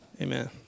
Amen